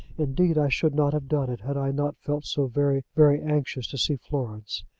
indeed i should not have done it had i not felt so very very anxious to see florence.